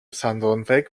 sanddornweg